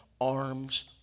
arms